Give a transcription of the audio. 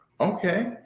Okay